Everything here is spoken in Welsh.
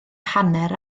hanner